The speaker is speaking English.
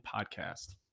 podcast